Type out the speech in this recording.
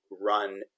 run